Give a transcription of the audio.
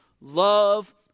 Love